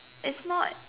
it's not